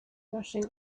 rushing